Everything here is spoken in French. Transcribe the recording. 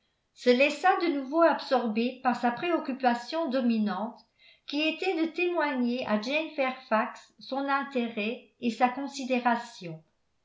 se laissa de nouveau absorber par sa préoccupation dominante qui était de témoigner à jane fairfax son intérêt et sa considération